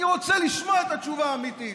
אני רוצה לשאול את התשובה האמיתית.